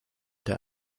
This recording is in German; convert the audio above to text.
der